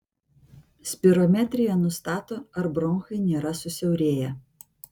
spirometrija nustato ar bronchai nėra susiaurėję